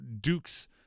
Duke's